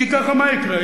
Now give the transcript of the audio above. ככה מה יקרה?